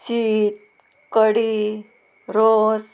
शीत कडी रोस